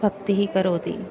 भक्तिः करोति